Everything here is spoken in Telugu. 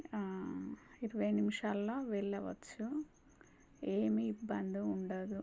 ఇరవై నిమిషాల్లో వెళ్ళవచ్చు ఏమీ ఇబ్బంది ఉండదు